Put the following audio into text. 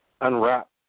unwrap